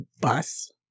bus